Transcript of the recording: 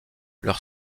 leur